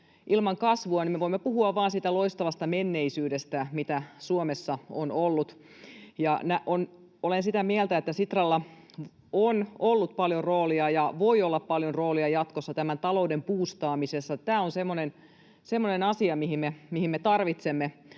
ilman kasvua me voimme puhua vain siitä loistavasta menneisyydestä, mitä Suomessa on ollut. Olen sitä mieltä, että Sitralla on ollut paljon roolia ja voi olla paljon roolia jatkossa talouden buustaamisessa. Tämä on semmoinen asia, mihin me tarvitsemme